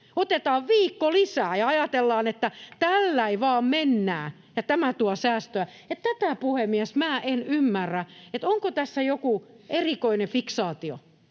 otetaan viikko lisää ja ajatellaan, että tälläi vaan mennään ja tämä tuo säästöä. Tätä, puhemies, minä en ymmärrä, onko tässä joku erikoinen fiksaatio.